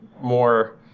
more